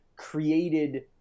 created